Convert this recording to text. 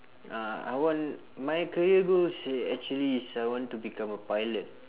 uh I want my career goals actually is I want to become a pilot